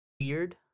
weird